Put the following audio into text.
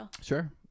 Sure